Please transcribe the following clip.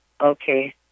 okay